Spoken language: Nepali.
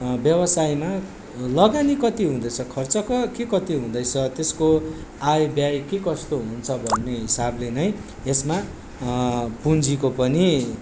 व्यवसायमा लगानी कति हुँदैछ खर्च क के कति हुँदैछ त्यसको आय व्याय के कस्तो हुन्छ भन्ने हिसाबले नै यसमा पुँजीको पनि